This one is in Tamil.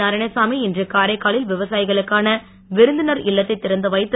நாராயணசாமி இன்று காரைக்காலில் விவசாயிகளுக்கான விருந்தினர் இல்லத்தை திறந்து வைத்து